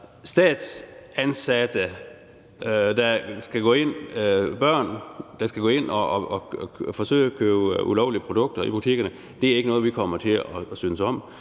statsansatte børn, der skal gå ind og forsøge at købe ulovlige produkter i butikkerne – ikke noget, vi kommer til at synes om.